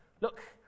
look